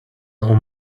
اون